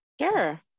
Sure